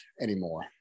anymore